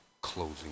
closing